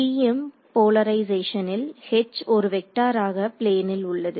TM போலரைசேய்ஷனில் H ஒரு வெக்டாராக பிளேனில் உள்ளது